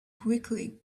quickly